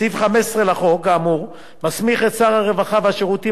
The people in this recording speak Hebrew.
סעיף 15 לחוק האמור מסמיך את שר הרווחה והשירותים